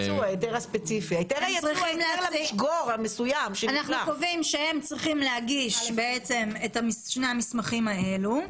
אנחנו קובעים שהם צריכים להגיש את שני המסמכים האלה.